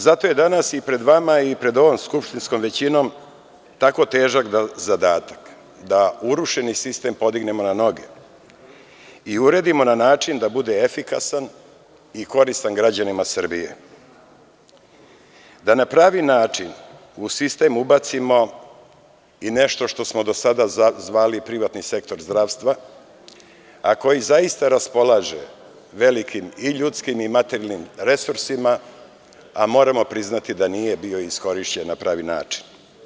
Zato je danas i pred vama i pred ovom skupštinskom većinom tako težak zadatak, da urušeni sistem podignemo na noge i uredimo na način da bude efikasan i koristan građanima Srbije, da na pravi način u sistem ubacimo i nešto što smo do sada zvali privatni sektor zdravstva, ako i zaista raspolaže velikim i ljudskim i materijalnim resursima, a moramo priznati da nije bio iskorišćen na pravi način.